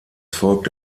folgte